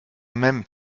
même